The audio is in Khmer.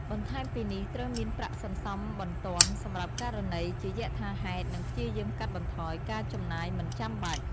បន្ថែមពីនេះ ត្រូវមានប្រាក់សន្សំបន្ទាន់សម្រាប់ករណីជាយថាហេតុនិងព្យាយាមកាត់បន្ថយការចំណាយមិនចាំបាច់។